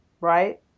right